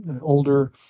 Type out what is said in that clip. older